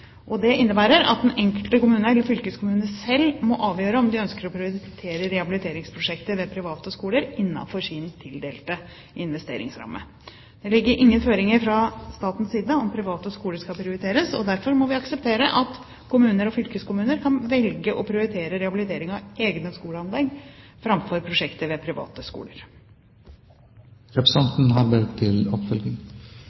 innebærer at det er den enkelte kommune eller fylkeskommune som selv må avgjøre om de ønsker å prioritere rehabiliteringsprosjekter ved private skoler innenfor sin tildelte investeringsramme. Det ligger ingen føringer fra statens side om at private skoler skal prioriteres, og derfor må vi akseptere at kommuner og fylkeskommuner kan velge å prioritere rehabilitering av egne skoleanlegg framfor prosjekter ved private skoler.